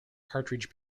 partridge